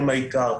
הן העיקר,